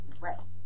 rest